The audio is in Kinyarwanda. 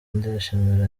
ndashimira